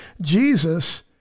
Jesus